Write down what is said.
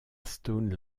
stone